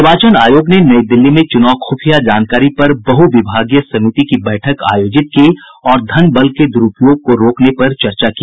निर्वाचन आयोग ने नई दिल्ली में चुनाव खुफिया जानकारी पर बहु विभागीय समिति की बैठक आयोजित की और धन बल के द्रूपयोग को रोकने पर चर्चा की